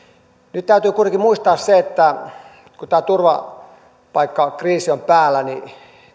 nyt täytyy kuitenkin muistaa se että kun tämä turvapaikkakriisi on päällä niin